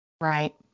Right